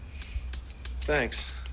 thanks